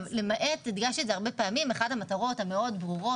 הדגשתי הרבה פעמים שאחת המטרות הברורות